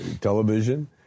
television